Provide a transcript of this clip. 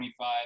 25